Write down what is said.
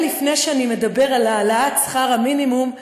לפני שאני מדבר על העלאת שכר המינימום,